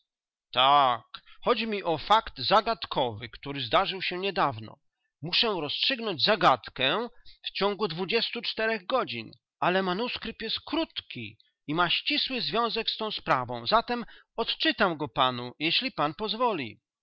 tak chodzi mi o fakt zagadkowy który zdarzył się niedawno muszę rozstrzygnąć zagadkę w ciągu dwudziestu czterech godzin ale manuskrypt jest krótki i ma ścisły związek z tą sprawą zatem odczytam go panu jeśli pan pozwoli